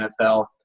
NFL